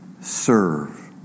serve